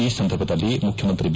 ಈ ಸಂದರ್ಭದಲ್ಲಿ ಮುಖ್ಚಮಂತ್ರಿ ಬಿ